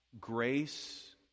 grace